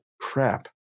crap